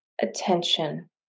attention